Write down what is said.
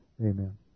Amen